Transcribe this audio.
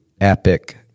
epic